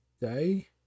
day